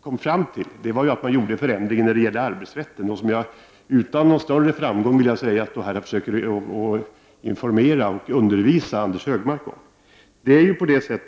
kom fram till var att göra en förändring när det gäller arbetsrätten, något som jag utan någon större framgång här försöker informera och undervisa Anders G Högmark om.